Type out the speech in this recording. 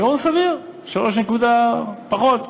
גירעון סביר, שלוש נקודה, פחות,